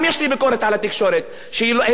שהפכה להיות לא דמוקרטית.